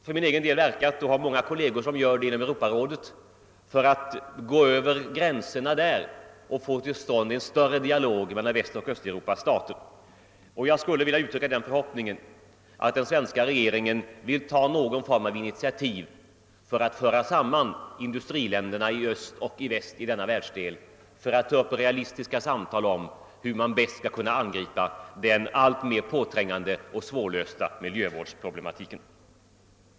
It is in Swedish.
För min egen del har jag, liksom många kolleger, verkat inom Europarådet för att få till stånd en mer omfattande dialog mellan Västoch Östeuropas stater. Jag skulle vilja uttrycka den förhoppningen att den svenska regeringen ville ta initiativ i någon form för att sammanföra industriländerna i Öst och Väst i denna världsdel i syfte att ta upp realistiska samtal om hur man bäst skall kunna angripa den alltmer påträngande och svårlösta miljövårdsproblematiken.